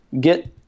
get